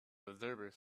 observers